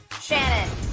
Shannon